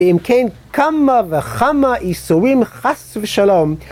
אם כן כמה וכמה איסורים חס ושלום